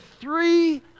three